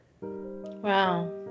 Wow